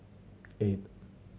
eight